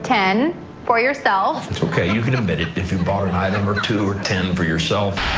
ten for yourself. it's ok, you can admit it if you've bought an item or two or ten for yourself.